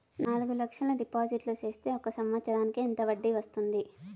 నాలుగు లక్షల డిపాజిట్లు సేస్తే ఒక సంవత్సరానికి ఎంత వడ్డీ వస్తుంది?